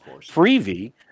freebie